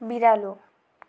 बिरालो